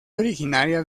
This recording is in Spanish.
originaria